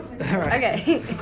Okay